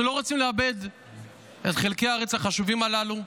אנחנו לא רוצים לאבד את חלקי הארץ החשובים הללו.